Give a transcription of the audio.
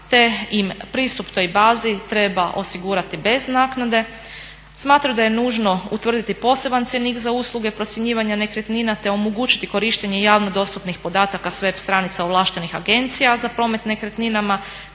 te im pristup toj bazi treba osigurati bez naknade, smatraju da je nužno utvrditi poseban cjenik za usluge procjenjivanja nekretnina te omogućiti korištenje javno dostupnih podataka s web stranice ovlaštenih agencija za promet nekretninama,